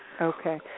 Okay